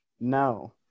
no